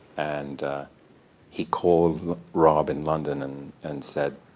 and he called rob in london, and and said,